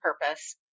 Purpose